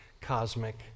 cosmic